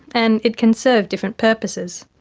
and it can serve different purposes.